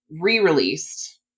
re-released